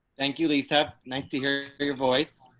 thank you, lisa, nice to hear your voice.